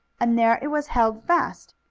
and there it was held fast,